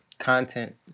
Content